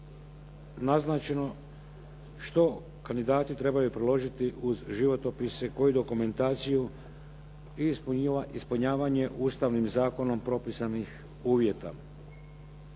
naznačeno što kandidati trebaju priložiti uz životopise, koju dokumentaciju i ispunjavanje Ustavnim zakonom propisanih uvjeta.